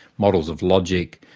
models of logic,